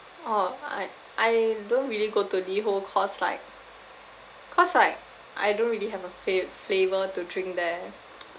oh I I don't really go to liho cause like cause like I don't really have a fave flavour to drink there